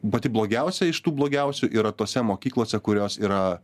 pati blogiausia iš tų blogiausių yra tose mokyklose kurios yra